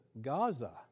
Gaza